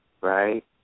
Right